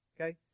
okay